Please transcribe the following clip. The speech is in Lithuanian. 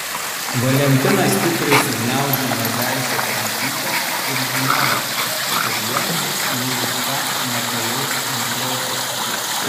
valentina stipriai sugniaužė mergaitės rankytę ir žinojo kad jensas nė už ką nepaleis antrosios